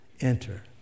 enter